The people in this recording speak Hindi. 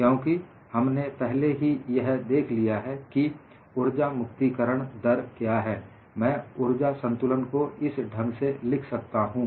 क्योंकि हमने पहले ही यह देख लिया है कि ऊर्जा मुक्ति करण दर क्या है मैं ऊर्जा संतुलन को इस ढंग से लिख सकता हूं